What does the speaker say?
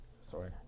Sorry